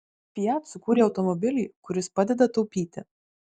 fiat sukūrė automobilį kuris padeda taupyti